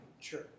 sure